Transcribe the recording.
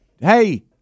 hey